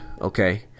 okay